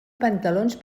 pantalons